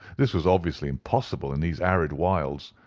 this was obviously impossible in these arid wilds.